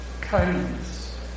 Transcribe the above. kindness